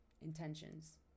intentions